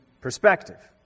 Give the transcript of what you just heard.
perspective